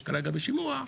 שכרגע בשימוע,